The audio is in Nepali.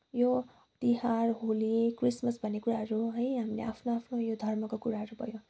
यो तिहार होली क्रिसमस भन्ने कुराहरू है हामीले आफ्नो आफ्नो यो धर्मको कुरा गऱ्यौँ